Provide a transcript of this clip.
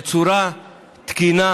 בצורה תקינה,